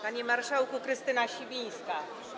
Panie marszałku, Krystyna Sibińska.